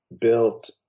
built